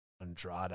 Andrade